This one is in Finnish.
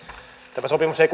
tämä sopimus ei